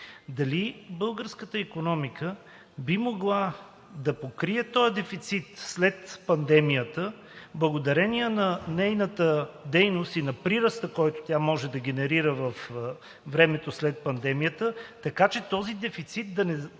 Дали българската икономика би могла да покрие този дефицит след пандемията? Благодарение на нейната дейност и на прираста, която тя може да генерира във времето след пандемията, така че този дефицит да не